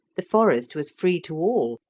the forest was free to all,